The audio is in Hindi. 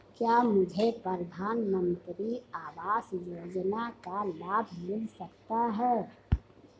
क्या मुझे प्रधानमंत्री आवास योजना का लाभ मिल सकता है?